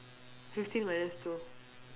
fifteen minus two